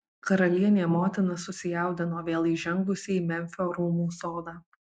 karalienė motina susijaudino vėl įžengusi į memfio rūmų sodą